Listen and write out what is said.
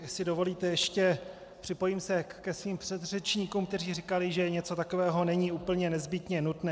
Jestli ještě dovolíte, připojím se ke svým předřečníkům, kteří říkali, že něco takového není úplně nezbytně nutné.